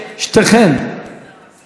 צאו בחוץ,